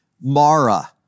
Mara